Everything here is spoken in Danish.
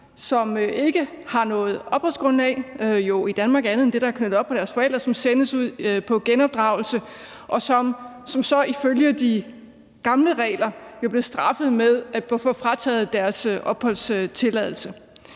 som ikke har noget opholdsgrundlag i Danmark andet end det, der er knyttet op på deres forældre; de blev ifølge de gamle regler straffet med at få frataget deres opholdstilladelse.